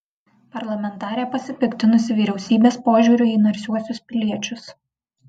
parlamentarė pasipiktinusi vyriausybės požiūriu į narsiuosius piliečius